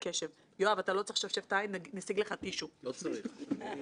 ביקשנו לנסח מחדש את מערכת היחסים שבין המערכת הפיננסית,